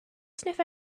sniff